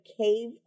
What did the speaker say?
cave